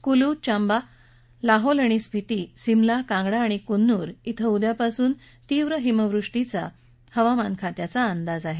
कुलू चांबा लाहौल आणि स्पिती सिमला कांगडा आणि कुन्नूर क्वे उद्यापासून तीव्र बर्फवृष्टीचा हवामान खात्याचा अंदाज आहे